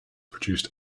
produced